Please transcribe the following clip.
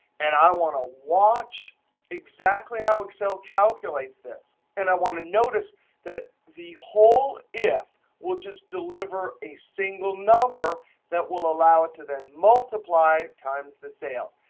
and i want to watch exactly how excel calculates this. and i want to notice that the whole if will just deliver a single number that will allow it to then multiply times the sales.